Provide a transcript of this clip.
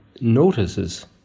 notices